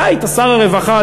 אתה היית שר הרווחה,